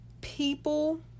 people